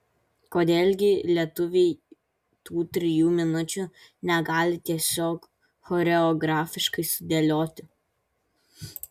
kodėl gi lietuviai tų trijų minučių negali tiesiog choreografiškai sudėlioti